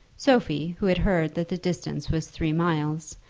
sophie, who had heard that the distance was three miles,